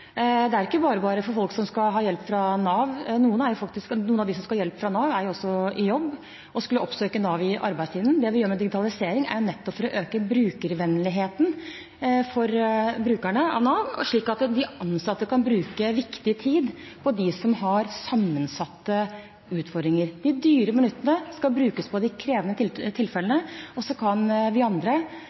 Det er ikke bare–bare for folk som skal ha hjelp fra Nav. Noen av dem som skal ha hjelp fra Nav, er jo også i jobb og skulle oppsøke Nav i arbeidstiden. Det vi gjør med digitalisering, er nettopp å øke brukervennligheten for brukerne av Nav, slik at de ansatte kan bruke viktig tid på dem som har sammensatte utfordringer. De dyre minuttene skal brukes på de krevende tilfellene, og så kan de andre